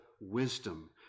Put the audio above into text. wisdom